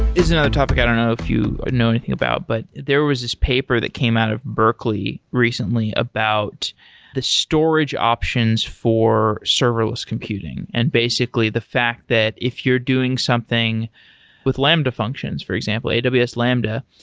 it's another topic i don't know if you know anything about, but there was this paper that came out of berkeley recently about the storage options for serverless computing, and basically the fact that if you're doing something with lambda functions, for example, aws lambda,